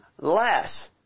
less